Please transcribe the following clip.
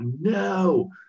no